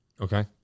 Okay